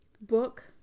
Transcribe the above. book